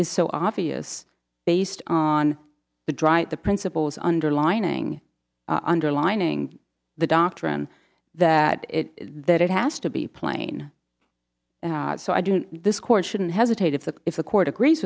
is so obvious based on the drive the principles underlying underlining the doctrine that it that it has to be plain so i do this court shouldn't hesitate if that if the court agrees